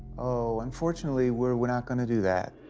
oh, unfortunately, we're we're not gonna do that.